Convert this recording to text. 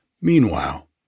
Meanwhile